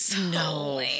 No